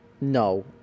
No